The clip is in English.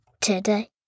today